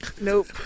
Nope